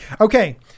Okay